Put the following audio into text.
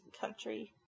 country